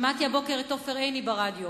שמעתי הבוקר את עופר עיני מדבר ברדיו